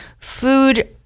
Food